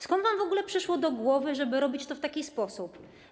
Skąd wam w ogóle przyszło do głowy, żeby robić to w taki sposób?